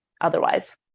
otherwise